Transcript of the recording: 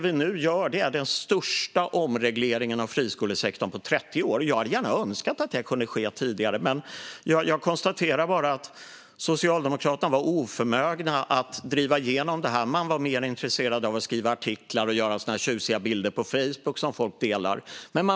Vi gör nu den största omregleringen av friskolesektorn på 30 år. Jag önskar att det kunnat ske tidigare. Men jag konstaterar att Socialdemokraterna var oförmögna att driva igenom det. De var mer intresserade av att skriva artiklar och att göra tjusiga bilder som folk delar på Facebook.